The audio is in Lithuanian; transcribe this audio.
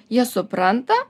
jie supranta